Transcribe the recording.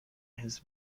his